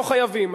לא חייבים.